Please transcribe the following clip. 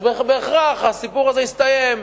אז בהכרח הסיפור הזה יסתיים.